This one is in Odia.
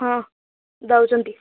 ହଁ ଦେଉଛନ୍ତି